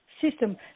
system